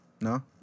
No